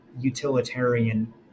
utilitarian